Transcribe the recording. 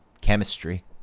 chemistry